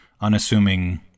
unassuming